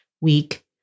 week